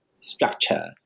Structure